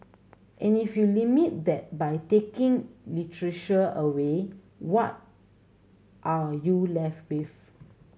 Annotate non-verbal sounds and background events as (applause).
and if you limit that by taking (unintelligible) away what are you left with